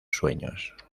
sueños